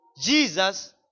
Jesus